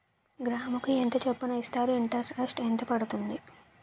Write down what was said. గ్రాముకి ఎంత చప్పున ఇస్తారు? ఇంటరెస్ట్ ఎంత పడుతుంది?